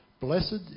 Blessed